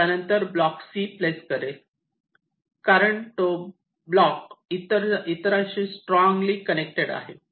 त्यानंतर block C place करेल कारण तो ब्लॉग इतरांशी स्ट्रॉंग कनेक्टेड आहे